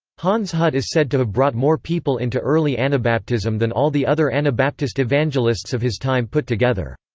hans hut is said to have brought more people into early anabaptism than all the other anabaptist evangelists of his time put together.